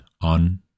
on